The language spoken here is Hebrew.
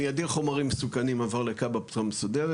מיידי חומרים מסוכנים עבר לכב"ה בצורה מסודרת,